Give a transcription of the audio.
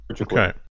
Okay